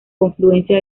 confluencia